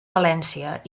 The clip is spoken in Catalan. valència